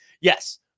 Yes